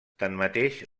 tanmateix